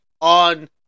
on